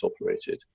operated